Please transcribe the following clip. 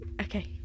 Okay